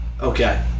Okay